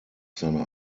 seine